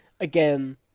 again